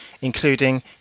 including